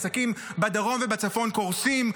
עסקים בדרום ובצפון קורסים,